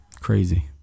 Crazy